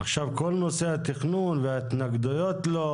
עכשיו כל נושא התכנון וההתנגדויות בו,